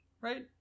Right